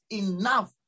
enough